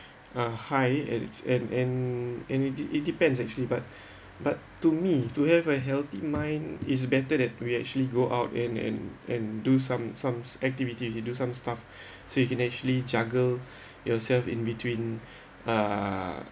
a high and and and and it it depends actually but but to me to have a healthy mind is better that we actually go out and and and do some some activities you do some stuff so you can actually juggle yourself in between uh